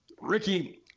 Ricky